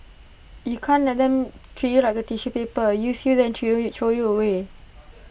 you can't let them treat you like A tissue paper use you then throw you throw you away